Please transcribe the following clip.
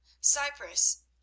Cyprus